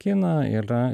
kiną ylia